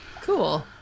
cool